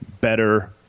better